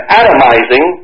atomizing